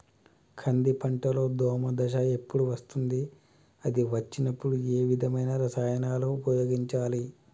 కంది పంటలో దోమ దశ ఎప్పుడు వస్తుంది అది వచ్చినప్పుడు ఏ విధమైన రసాయనాలు ఉపయోగించాలి?